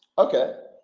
okay,